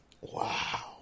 Wow